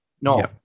No